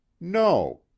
No